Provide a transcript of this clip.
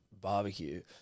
barbecue